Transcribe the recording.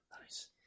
Nice